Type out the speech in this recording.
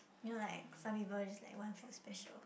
you know like some people they just like want feel special